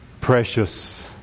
precious